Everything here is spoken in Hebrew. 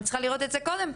אני צריכה לראות את זה קודם.